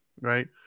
right